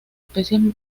especies